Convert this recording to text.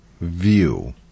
view